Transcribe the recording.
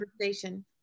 conversation